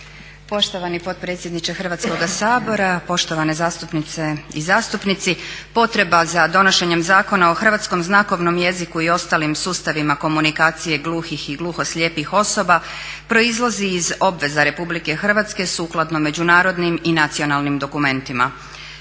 Poštovani potpredsjedniče Hrvatskoga sabora, poštovane zastupnice i zastupnici. Potreba za donošenjem Zakona o hrvatskom znakovnom jeziku i ostalim sustavima komunikacije gluhih i gluhoslijepih osoba proizlazi iz obveza Republike Hrvatske sukladno međunarodnim i nacionalnim dokumentima.